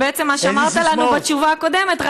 ובעצם מה שאמרת לנו בתשובה הקודמת,